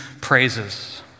praises